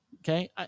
Okay